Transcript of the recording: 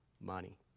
money